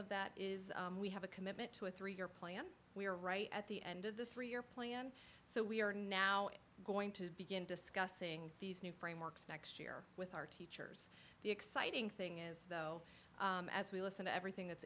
of that is we have a commitment to a three year plan we are right at the end of the three year plan so we are now going to begin discussing these new frameworks next year with our teachers the exciting thing is though as we listen to everything that's